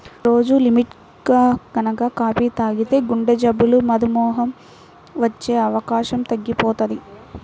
రోజూ లిమిట్గా గనక కాపీ తాగితే గుండెజబ్బులు, మధుమేహం వచ్చే అవకాశం తగ్గిపోతది